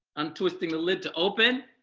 i'm twisting the lid to open